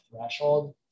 threshold